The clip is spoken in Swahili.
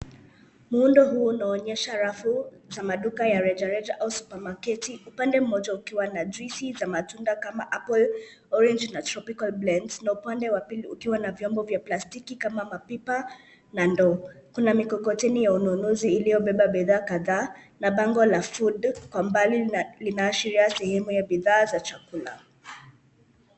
Muundo huu unaonyesha rafu za maduka ya rejareja au supermarketi . Upande mmoja ukiwa na juisi za matunda kama apple, orange na tropical blends na upande wa pili ukiwa na vyombo vya plastiki kama mapipa na ndoo. Kuna mikikoteni ya ununuzi iliyobeba bidhaa kadhaa na bango la food kwa mbali linaashiria sehemu ya bidhaa za chakula.